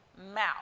mouth